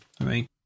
right